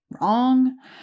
Wrong